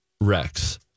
Rex